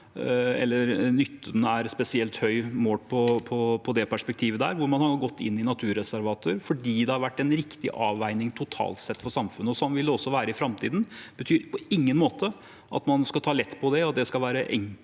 eller målt spesielt høyt etter det perspektivet, hvor man har gått inn i naturreservater fordi det har vært en riktig avveining totalt sett for samfunnet. Sånn vil det også være i framtiden. Det betyr på ingen måte at man skal ta lett på det. At det skal være enkelt